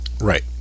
Right